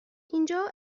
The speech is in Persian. اینجا